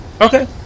Okay